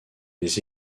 des